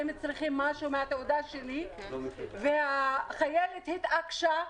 אם צריכים משהו מהתעודה שלי - והחיילת התעקשה,